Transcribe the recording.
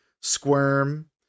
Squirm